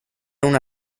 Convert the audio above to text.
una